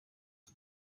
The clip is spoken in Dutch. een